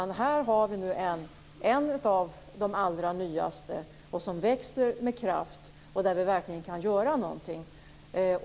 Det gäller en av de allra nyaste branscherna, som växer med kraft och där vi verkligen kan göra någonting.